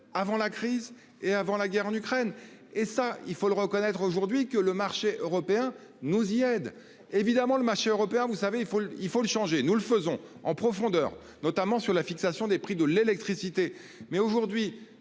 avant la crise et avant la guerre en Ukraine et ça il faut le reconnaître aujourd'hui que le marché européen, nous y aide évidemment le marché européen, vous savez il faut il faut le changer. Nous le faisons en profondeur, notamment sur la fixation des prix de l'électricité mais, aujourd'hui,